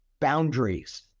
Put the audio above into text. boundaries